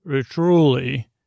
truly